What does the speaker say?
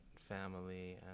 family